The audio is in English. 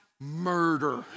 murder